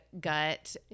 gut